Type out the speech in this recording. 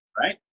right